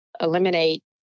eliminate